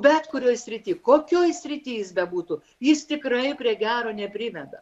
bet kurioj srity kokioj srity jis bebūtų jis tikrai prie gero nepriveda